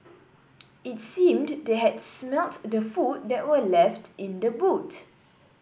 it seemed they had smelt the food that were left in the boot